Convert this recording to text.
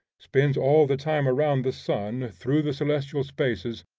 spins all the time around the sun through the celestial spaces,